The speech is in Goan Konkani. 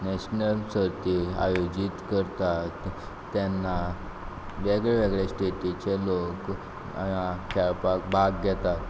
नॅशनल सर्ती आयोजीत करतात तेन्ना वेगळे वेगळे स्टेटीचे लोक आया खेळपाक भाग घेतात